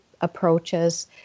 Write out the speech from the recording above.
approaches